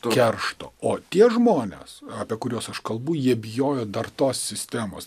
keršto o tie žmonės apie kuriuos aš kalbu jie bijojo dar tos sistemos